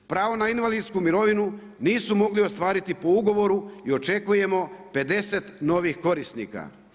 Prvo na invalidsku mirovinu nisu mogli ostvariti po ugovoru i očekujemo 50 novih korisnika.